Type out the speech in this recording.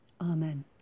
Amen